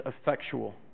effectual